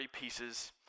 pieces